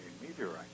meteorite